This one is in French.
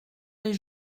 les